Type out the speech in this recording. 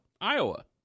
Iowa